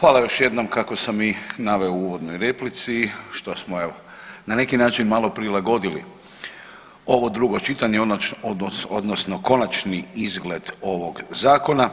Hvala još jednom kako sam i naveo u uvodnoj replici što smo evo na neki način malo prilagodili ovo drugo čitanje odnosno konačni izgled ovog zakona